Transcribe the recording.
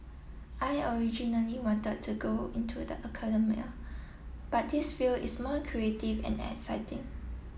I originally wanted to go into the academia but this field is more creative and exciting